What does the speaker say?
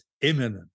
imminent